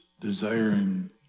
desiring